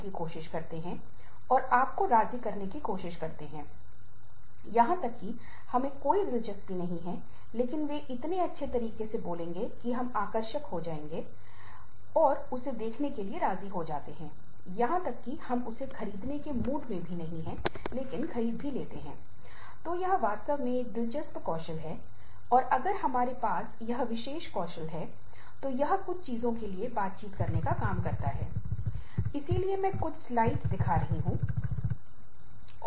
काम तब होता है जब आप काम की कल्पना करते हैं काम भुगतान रोज़गार पेड एम्प्लॉयमेंट -Paid Employment से जुड़ा होता है और जब आप कहते हैं कि वर्क फैमिली बैलेंस या वर्क लाइफ बैलेंस लाइफ काम के बाहर की गतिविधियाँ हैं